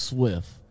Swift